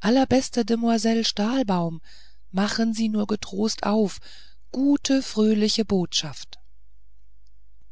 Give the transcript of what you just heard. allerbeste demoiselle stahlbaum machen sie nur getrost auf gute fröhliche botschaft